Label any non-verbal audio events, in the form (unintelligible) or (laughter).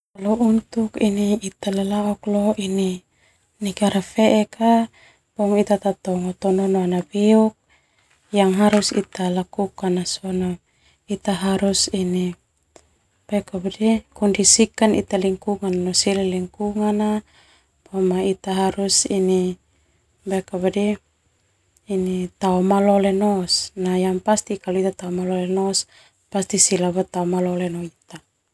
Untuk (unintelligible) negara feek yang harus ita lakukan ita harus kondisikan ita lingkungan no sila boema ita harus ini (hesitation) tao malole no ita.